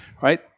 Right